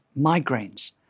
migraines